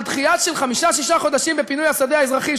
על דחייה של חמישה-שישה חודשים בפינוי השדה האזרחי,